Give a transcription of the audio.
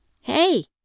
Hey